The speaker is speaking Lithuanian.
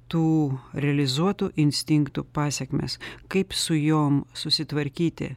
tų realizuotų instinktų pasekmes kaip su jom susitvarkyti